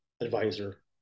advisor